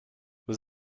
was